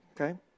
okay